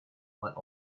might